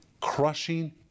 crushing